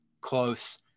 close